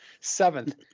seventh